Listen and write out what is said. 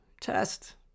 test